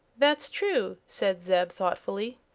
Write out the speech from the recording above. that's true, said zeb, thoughtfully.